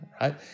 right